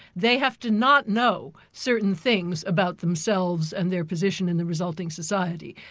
they have to not know certain things about themselves and their position in the resulting society.